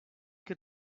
que